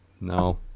No